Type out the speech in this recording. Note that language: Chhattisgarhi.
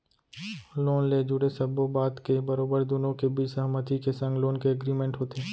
लोन ले जुड़े सब्बो बात के बरोबर दुनो के बीच सहमति के संग लोन के एग्रीमेंट होथे